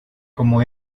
como